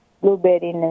blueberry